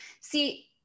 see